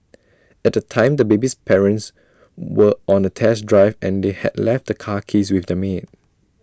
at the time the baby's parents were on A test drive and they had left the car keys with their maid